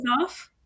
off